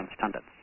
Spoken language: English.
standards